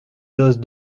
dose